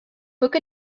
book